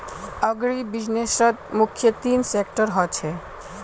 अग्रीबिज़नेसत मुख्य तीन सेक्टर ह छे